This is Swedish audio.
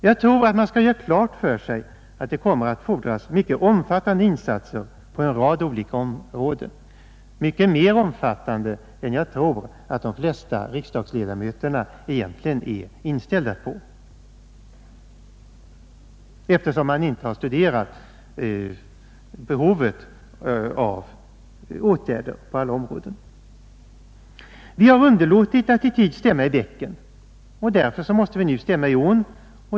Jag tror att man skall göra klart för sig att det kommer att fordras mycket omfattande insatser på en rad olika områden, mycket mer omfattande än vad jag tror att de flesta riksdagsledamöterna är inställda på, eftersom man inte har studerat behovet av åtgärder på alla områden. Vi har underlåtit att i tid stämma i bäcken, och därför måste vi nu stämma i ån.